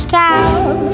town